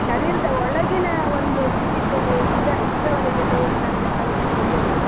ಶರೀರದ ಒಳಗಿನ ಒಂದು ಚಿಕಿತ್ಸೆಗೆ ಇದರ ಇಷ್ಟರವರೆಗೆ ದೇವರು ನನಗೆ ಪ್ರವೇಶ ಕೊಡಲಿಲ್ಲ